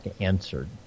answered